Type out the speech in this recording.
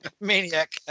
Maniac